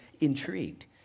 intrigued